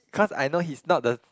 cause I know he's not the